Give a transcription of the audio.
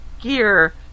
gear